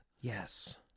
Yes